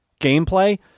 gameplay